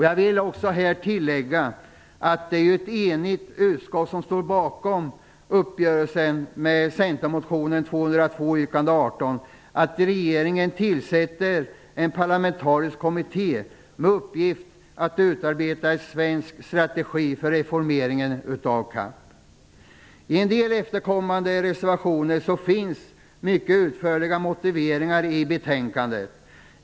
Jag vill också tillägga att det är ett enigt utskott som står bakom centermotionen JO202, yrkande 18, att regeringen tillsätter en parlamentarisk kommitté med uppgift att utarbeta en svensk strategi för reformeringen av CAP. Beträffande en del efterkommande reservationer finns mycket utförliga motiveringar i betänkandet.